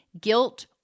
guilt